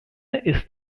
ist